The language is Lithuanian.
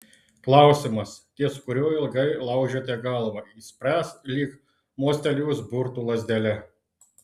klausimas ties kuriuo ilgai laužėte galvą išsispręs lyg mostelėjus burtų lazdele